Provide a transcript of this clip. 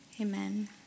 Amen